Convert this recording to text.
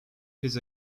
his